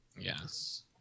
Yes